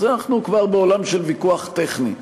אנחנו כבר בעולם של ויכוח טכני: